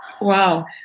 wow